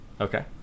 Okay